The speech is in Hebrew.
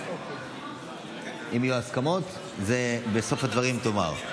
אם יהיו הסכמות, בסוף הדברים תאמר.